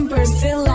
Brazil